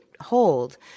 hold